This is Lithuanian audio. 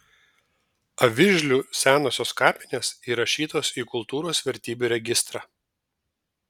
avižlių senosios kapinės įrašytos į kultūros vertybių registrą